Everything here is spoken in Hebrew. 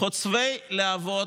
חוצבי להבות,